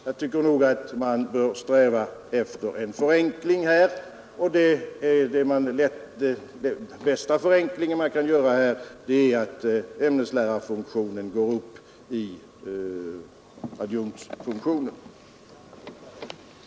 Jag tycker att man bör sträva efter en förenkling, och den bästa förenkling man kan göra är att ämneslärarfunktionen går upp i adjunktsfunktionen. Å tgärder för att motverka maktkoncentrationen i samhället